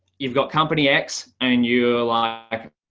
you've got company x and you like, i